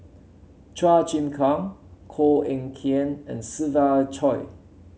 Chua Chim Kang Koh Eng Kian and Siva Choy